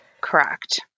Correct